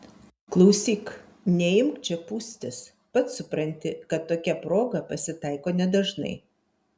klausyk neimk čia pūstis pats supranti kad tokia proga pasitaiko nedažnai